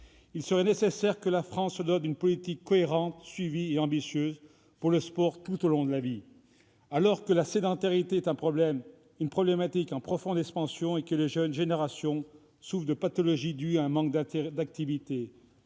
Il serait nécessaire que la France se dote d'une politique cohérente, suivie et ambitieuse pour le sport tout au long de la vie. Alors que la sédentarité est une problématique en profonde expansion et que les jeunes générations souffrent de pathologies dues à un manque d'activité,